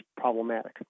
problematic